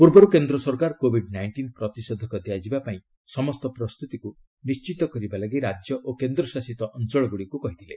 ପୂର୍ବରୁ କେନ୍ଦ୍ର ସରକାର କୋବିଡ୍ ନାଇଷ୍ଟିନ୍ ପ୍ରତିଷେଧକ ଦିଆଯିବା ପାଇଁ ସମସ୍ତ ପ୍ରସ୍ତୁତିକୁ ନିଶ୍ଚିତ କରିବା ଲାଗି ରାଜ୍ୟ ଓ କେନ୍ଦ୍ର ଶାସିତ ଅଞ୍ଚଳଗୁଡ଼ିକୁ କହିଥିଲେ